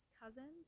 cousins